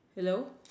hello